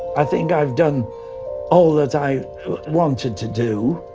i think i've done all that i wanted to do.